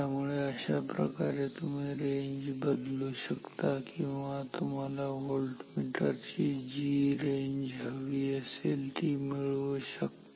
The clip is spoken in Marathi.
त्यामुळे अशाप्रकारे तुम्ही रेंज बदलू शकता किंवा तुम्हाला व्होल्टमीटरची जी रेंज हवी असेल ती मिळवू शकता